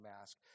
mask